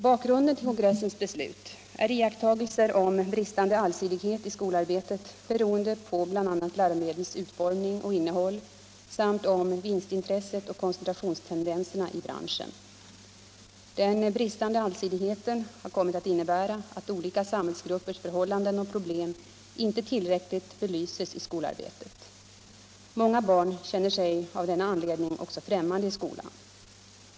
Bakgrunden till kongressens beslut är iakttagelser om bristande allsidighet i skolarbetet beroende på bl.a. läromedlens utformning och innehåll samt om vinstintresset och koncentrationstendenserna i branschen. Den bristande allsidigheten har kommit att innebära att olika samhällsgruppers förhållanden och problem inte tillräckligt belyses i skolarbetet. Många barn känner sig av denna anledning också främmande i skolan.